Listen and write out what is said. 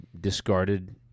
discarded